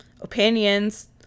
opinions